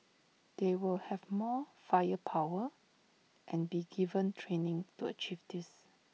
they will have more firepower and be given training to achieve this